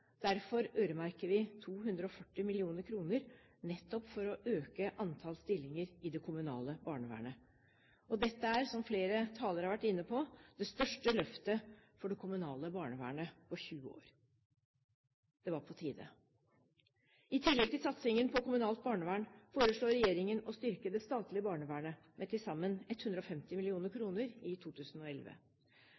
Derfor øremerker vi 240 mill. kr, nettopp for å øke antall stillinger i det kommunale barnevernet. Dette er, som flere talere har vært inne på, det største løftet for det kommunale barnevernet på 20 år. Det var på tide. I tillegg til satsingen på kommunalt barnevern foreslår regjeringen å styrke det statlige barnevernet med til sammen 150